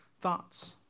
thoughts